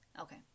okay